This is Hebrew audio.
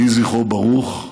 יהי זכרו ברוך,